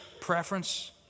preference